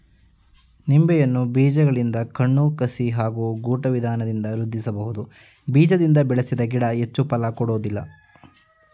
ನಿಂಬೆಯನ್ನು ಬೀಜಗಳಿಂದ ಕಣ್ಣು ಕಸಿ ಹಾಗೂ ಗೂಟ ವಿಧಾನದಿಂದ ವೃದ್ಧಿಸಬಹುದು ಬೀಜದಿಂದ ಬೆಳೆಸಿದ ಗಿಡ ಹೆಚ್ಚು ಫಲ ಕೊಡೋದಿಲ್ಲ